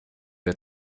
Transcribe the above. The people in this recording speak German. der